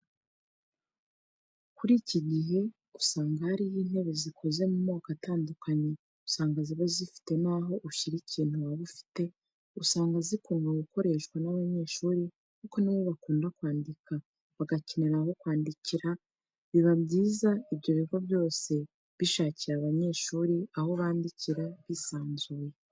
Kuri iki gihe usanga hariho intebe zikoze mu moko atandukanye, usanga ziba zifite n'aho ushyira ikintu waba ufite, usanga zikundwa gukoreshwa n'abanyeshuri kuko ni bo bakunda kwandika bagakenera aho bandikira, biba byiza iyo ibigo byose bishakiye abanyeshuri aho bandikira bisanzuye.